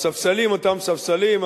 הספסלים אותם ספסלים,